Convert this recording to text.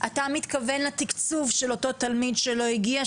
אתה מתכוון לתקצוב של התלמיד הזה שלא הגיע,